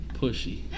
pushy